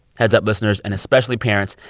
heads up, listeners and especially parents,